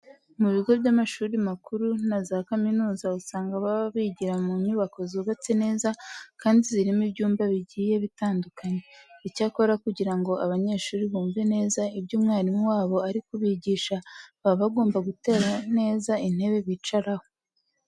Mu bigo by'amashuri makuru na za kaminuza usanga baba bigira mu nyubako zubatse neza kandi zirimo ibyumba bigiye bitandukanye. Icyakora kugira ngo abanyeshuri bumve neza ibyo umwarimu wabo ari kubigisha baba bagomba gutera neza intebe bicaraho.